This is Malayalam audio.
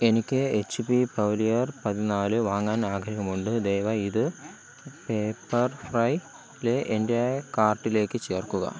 എനിക്ക് എച്ച് പി പവിലിയാർ പതിനാല് വാങ്ങാൻ ആഗ്രഹമുണ്ട് ദയവായി ഇത് പേപ്പർ ഫ്രൈയിലെ എൻ്റെ കാർട്ടിലേക്കു ചേർക്കുക